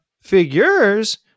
figures